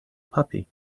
puppy